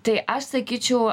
tai aš sakyčiau